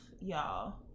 y'all